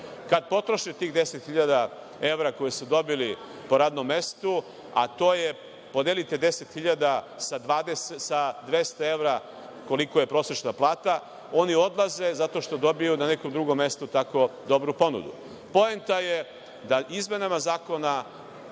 Kada potroše tih 10.000 evra koje su dobili po radnom mestu, podelite 10.000 sa 200 evra, koliko je prosečna plata, oni odlaze zato što dobiju na nekom drugom mestu tako dobru ponudu. Poenta je da izmenama Zakona